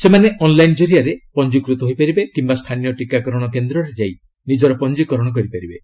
ସେମାନେ ଅନ୍ଲାଇନ ଜରିଆରେ ପଞ୍ଜିକୃତ ହୋଇପାରିବେ କିମ୍ବା ସ୍ଥାନୀୟ ଟିକାକରଣ କେନ୍ଦ୍ରରେ ଯାଇ ନିଜର ପଞ୍ଜିକରଣ କରିପାରିବେ